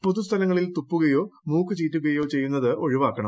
പൊതു സ്ഥലങ്ങളിൽ തുപ്പുകയോ മൂക്ക് ചീറ്റുകയോ ചെയ്യുന്നത് ഒഴിവാക്കണം